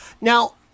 Now